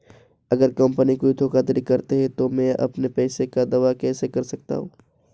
अगर कंपनी कोई धोखाधड़ी करती है तो मैं अपने पैसे का दावा कैसे कर सकता हूं?